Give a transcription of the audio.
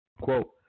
Quote